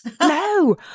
No